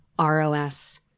ROS